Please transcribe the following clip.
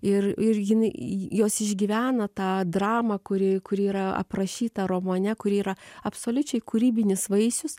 ir ir jinai jos išgyvena tą dramą kuri kuri yra aprašyta romane kuri yra absoliučiai kūrybinis vaisius